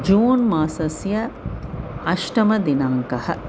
जून् मासस्य अष्टमदिनाङ्कः